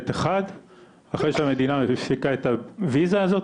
אחרי שהמדינה מפיקה את הוויזה הזאת,